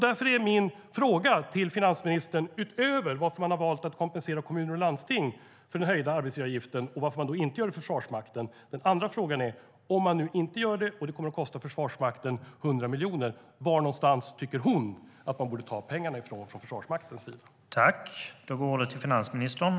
Därför är min fråga till finansministern varför man inte kompenserar Försvarsmakten för den höjda arbetsgivaravgiften när man gör det för kommuner och landsting. Om man inte gör det och det kommer att kosta Försvarsmakten 100 miljoner undrar jag varifrån finansministern tycker att Försvarsmakten borde ta pengarna.